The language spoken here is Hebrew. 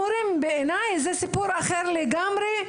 בעיניי, המורים זה סיפור אחר לגמרי.